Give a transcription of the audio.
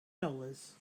dollars